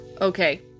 Okay